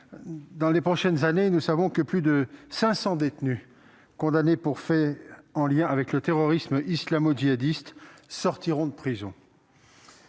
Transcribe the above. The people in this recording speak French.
Dans les prochaines années, plus de 500 détenus condamnés pour des faits en lien avec le terrorisme islamo-djihadiste sortiront de prison.